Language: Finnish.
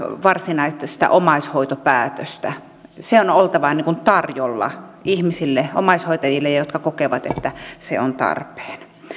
varsinaista omaishoitopäätöstä sen on oltava tarjolla ihmisille omaishoitajille jotka kokevat että se on tarpeen